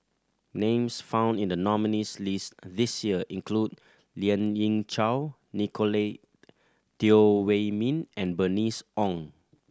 names found in the nominees' list this year include Lien Ying Chow Nicolette Teo Wei Min and Bernice Ong